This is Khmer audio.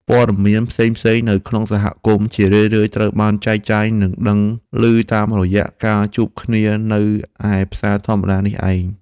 ព័ត៌មានផ្សេងៗនៅក្នុងសហគមន៍ជារឿយៗត្រូវបានចែកចាយនិងដឹងឮតាមរយៈការជួបគ្នានៅឯផ្សារធម្មតានេះឯង។